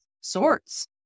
sorts